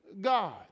God